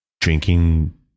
drinking